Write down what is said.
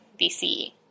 BCE